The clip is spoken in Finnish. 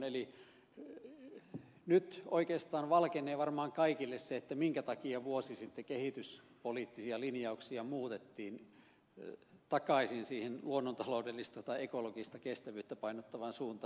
eli nyt oikeastaan valkenee varmaan kaikille se minkä takia vuosi sitten kehityspoliittisia linjauksia muutettiin takaisin siihen luonnontaloudellista tai ekologista kestävyyttä painottavaan suuntaan